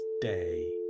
day